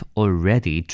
already